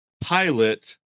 pilot